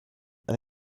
and